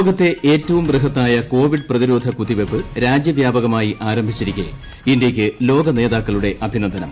ലോകത്തെ ഏറ്റവും ബൃഹത്തായ കോവിഡ് പ്രതിരോധ കുത്തിവയ്പ്പ് രാജ്യവൃാപകമായി ആരംഭിച്ചിരിക്കെ ഇന്തൃയ്ക്ക് ലോക നേതാക്കളുടെ അഭിനന്ദനം